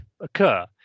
occur